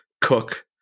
cook